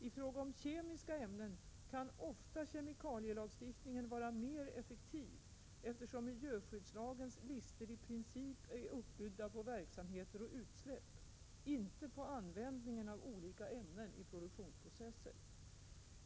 I fråga om kemiska ämnen kan ofta kemikalielagstiftningen vara mer effektiv, eftersom miljöskyddslagens listor i princip är uppbyggda på verksamheter och utsläpp — inte på användningen av olika ämnen i produktionsprocesser.